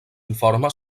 informa